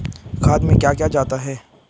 खाद में क्या पाया जाता है?